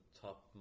top